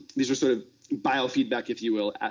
these are sort of biofeedback, if you will,